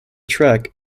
track